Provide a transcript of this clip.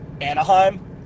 Anaheim